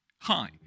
Hi